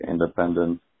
independent